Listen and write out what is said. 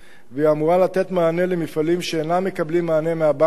והיא אמורה לתת מענה למפעלים שאינם מקבלים מענה מהבנקים